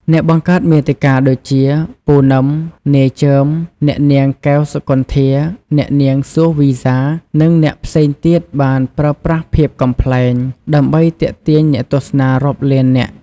អ្នកបង្កើតមាតិកាដូចជា ពូណឹម, នាយចឺម, អ្នកនាង កែវ សុគន្ធា, អ្នកនាង សួស វីហ្សា, និងអ្នកផ្សេងទៀតបានប្រើប្រាស់ភាពកំប្លែង ដើម្បីទាក់ទាញអ្នកទស្សនារាប់លាននាក់។